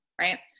right